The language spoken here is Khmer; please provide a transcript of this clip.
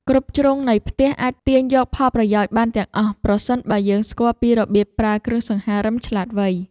គ្រប់ជ្រុងនៃផ្ទះអាចទាញយកផលប្រយោជន៍បានទាំងអស់ប្រសិនបើយើងស្គាល់ពីរបៀបប្រើគ្រឿងសង្ហារិមឆ្លាតវៃ។